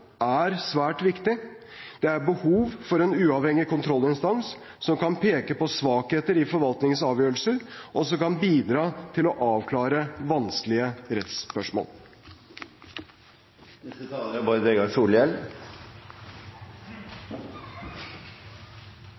er svært viktig. Det er behov for en uavhengig kontrollinstans som kan peke på svakheter i forvaltningens avgjørelser, og som kan bidra til å avklare vanskelige rettsspørsmål.